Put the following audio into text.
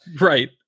right